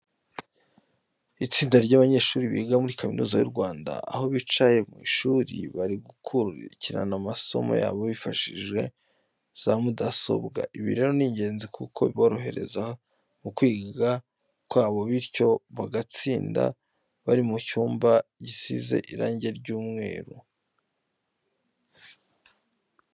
Itsinda ry'abanyeshuri biga muri Kaminuza y'u Rwanda, aho bicaye mu ishuri bari gukurikirana amasomo yabo bifashishije za mudasobwa. Ibi rero ni ingenzi kuko biborohereza mu kwiga kwabo, bityo bagatsinda. Bari mu cyumba gisize irange ry'umweru.